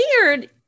weird